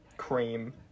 cream